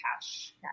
cash